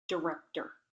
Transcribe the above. director